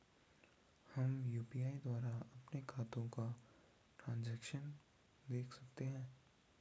हम यु.पी.आई द्वारा अपने खातों का ट्रैन्ज़ैक्शन देख सकते हैं?